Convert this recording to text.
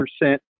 percent